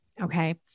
Okay